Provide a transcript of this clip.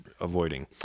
avoiding